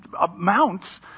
amounts